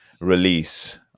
release